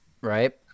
right